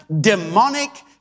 demonic